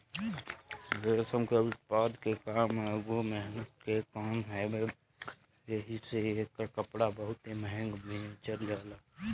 रेशम के उत्पादन के काम एगो मेहनत के काम हवे एही से एकर कपड़ा बहुते महंग बेचल जाला